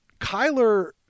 Kyler –